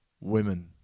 women